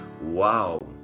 wow